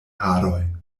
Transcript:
haroj